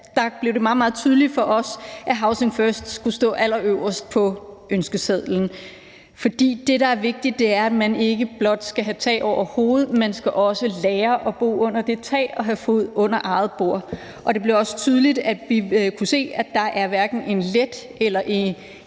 meget, meget tydeligt for os, at housing first skulle stå allerøverst på ønskesedlen. For det, der er vigtigt, er, at man ikke blot skal have tag over hovedet; man skal også lære at bo under det tag og have fod under eget bord. Det blev også tydeligt for os at se, at der hverken er en let eller en